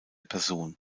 person